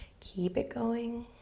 keep it going.